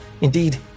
Indeed